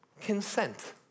Consent